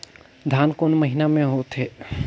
धान कोन महीना मे होथे?